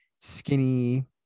skinny